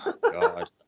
god